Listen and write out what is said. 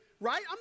right